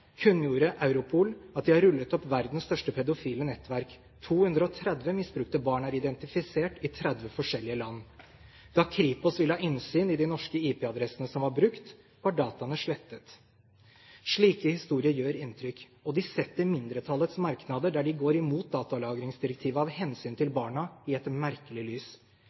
kunngjorde Europol at de har rullet opp verdens største pedofile nettverk. 230 misbrukte barn er identifisert i 30 forskjellige land. Da Kripos ville ha innsyn i de norske IP-adressene som var brukt, var dataene slettet. Slike historier gjør inntrykk, og de setter mindretallets merknader der de går imot datalagringsdirektivet av «hensyn til barna», i et merkelig lys.